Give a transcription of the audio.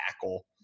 tackle